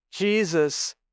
Jesus